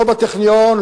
לא בטכניון,